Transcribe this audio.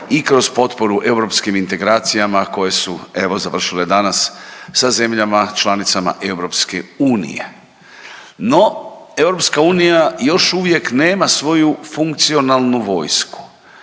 i kroz potporu europskim integracijama koje su evo završile danas sa zemljama članicama EU. No, EU još uvijek nema svoju funkcionalnu vojsku,